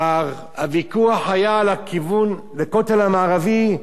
הוויכוח היה על הכיוון לכותל המערבי,